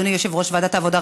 אדוני יושב-ראש ועדת העבודה,